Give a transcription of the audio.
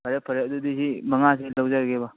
ꯐꯔꯦ ꯐꯔꯦ ꯑꯗꯨꯗꯤ ꯁꯤ ꯃꯉꯥꯁꯤ ꯈꯛꯇꯪ ꯂꯧꯖꯒꯦꯕ